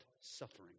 suffering